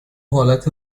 حالت